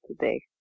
today